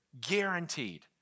Guaranteed